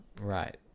Right